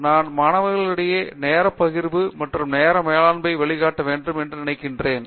எனவே நான் மாணவர்களிடையே நேர பகிர்வு மற்றும் நேரம் மேலாண்மை வழிகாட்ட வேண்டும் என்று நினைக்கிறேன்